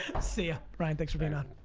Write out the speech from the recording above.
see ya. ryan, thanks for being on.